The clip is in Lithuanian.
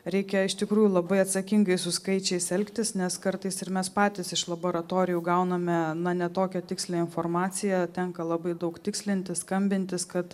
reikia iš tikrųjų labai atsakingai su skaičiais elgtis nes kartais ir mes patys iš laboratorijų gauname na ne tokią tikslią informaciją tenka labai daug tikslintis skambintis kad